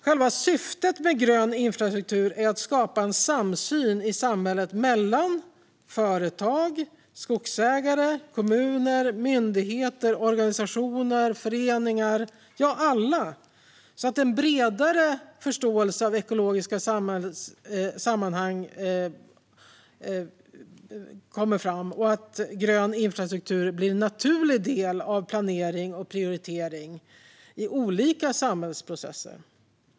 Själva syftet med grön infrastruktur är att skapa en samsyn i samhället mellan företag, skogsägare, kommuner, myndigheter, organisationer och föreningar, ja, alla, så att en bredare förståelse av ekologiska sammanhang kommer fram och så att grön infrastruktur blir en naturlig del av planering och prioritering i olika samhällsprocesser.